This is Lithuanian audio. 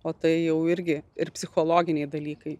o tai jau irgi ir psichologiniai dalykai